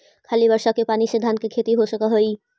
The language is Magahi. खाली बर्षा के पानी से धान के खेती हो सक हइ?